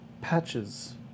Patches